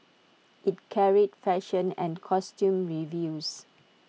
IT carried fashion and costume reviews